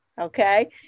Okay